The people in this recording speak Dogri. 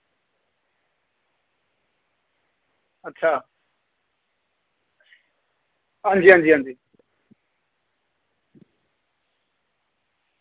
अच्छा हांजी हांजी हांजी